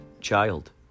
child